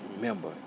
Remember